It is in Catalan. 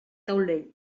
taulell